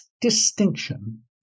distinction